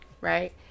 right